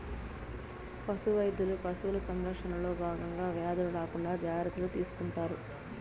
పశు వైద్యులు పశువుల సంరక్షణలో భాగంగా వ్యాధులు రాకుండా జాగ్రత్తలు తీసుకుంటారు